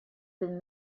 been